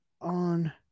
on